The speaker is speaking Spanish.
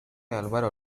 álvaro